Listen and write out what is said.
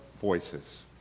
voices